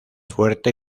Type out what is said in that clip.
fuerte